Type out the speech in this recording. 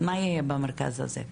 מה יהיה במרכז הזה?